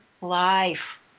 life